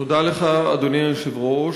תודה לך, אדוני היושב-ראש.